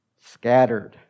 scattered